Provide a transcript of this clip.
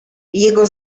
jego